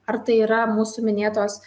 ar tai yra mūsų minėtos